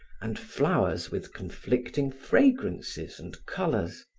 and flowers with conflicting fragrances and colors.